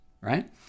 right